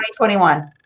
2021